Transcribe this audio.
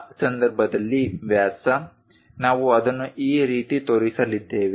ಆ ಸಂದರ್ಭದಲ್ಲಿ ವ್ಯಾಸ ನಾವು ಅದನ್ನು ಈ ರೀತಿ ತೋರಿಸಲಿದ್ದೇವೆ